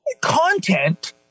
content